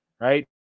right